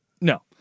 No